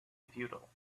futile